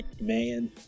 Man